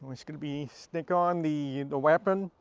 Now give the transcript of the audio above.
it's gonna be stick on the the weapon,